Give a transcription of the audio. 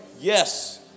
Yes